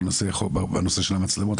בנושא של המצלמות,